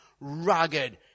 rugged